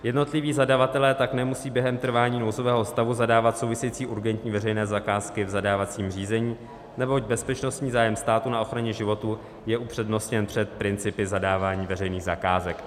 Jednotliví zadavatelé tak nemusí během trvání nouzového stavu zadávat související urgentní veřejné zakázky v zadávacím řízení, neboť bezpečnostní zájem státu na ochraně životů je upřednostněn před principy zadávání veřejných zakázek.